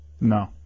No